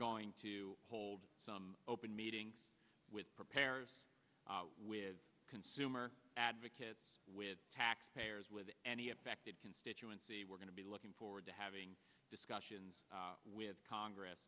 going to hold some open meetings with prepared with consumer advocates with tax payers with any affected constituency we're going to be looking forward to having discussions with congress